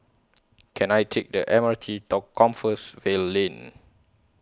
Can I Take The M R T to Compassvale Lane